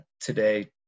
today